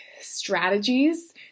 strategies